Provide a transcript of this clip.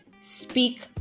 speak